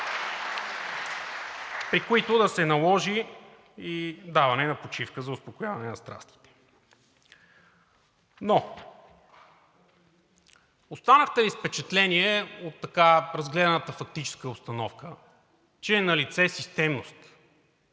при които да се наложи и даване на почивка за успокояване на страстите. Но останахте ли с впечатление от така разгледаната фактическа обстановка, че е налице системност,